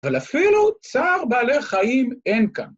אבל אפילו צער בעלי חיים אין כאן.